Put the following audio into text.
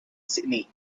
sydney